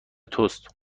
توست